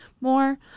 more